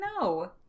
No